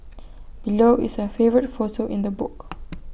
below is her favourite photo in the book